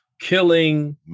killing